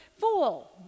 fool